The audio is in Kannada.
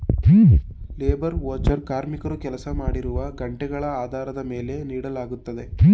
ಲೇಬರ್ ಓವಚರ್ ಕಾರ್ಮಿಕರು ಕೆಲಸ ಮಾಡಿರುವ ಗಂಟೆಗಳ ಆಧಾರದ ಮೇಲೆ ನೀಡಲಾಗುತ್ತದೆ